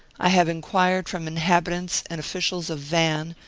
i have enquired from inhabitants and officials of van,